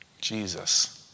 Jesus